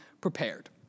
prepared